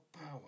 power